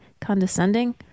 condescending